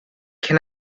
can